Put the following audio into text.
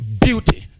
beauty